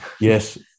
Yes